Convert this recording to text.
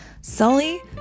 Sully